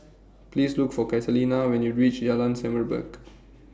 Please Look For Catalina when YOU REACH Jalan Semerbak